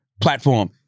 platform